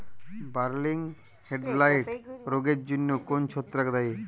বার্লির হেডব্লাইট রোগের জন্য কোন ছত্রাক দায়ী?